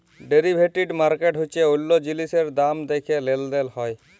derivative market হচ্যে অল্য জিলিসের দাম দ্যাখে লেলদেল হয়